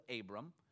abram